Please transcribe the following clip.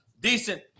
decent